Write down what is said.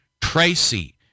Tracy